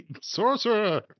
sorcerer